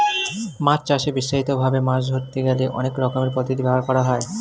মাছ চাষে বিস্তারিত ভাবে মাছ ধরতে গেলে অনেক রকমের পদ্ধতি ব্যবহার করা হয়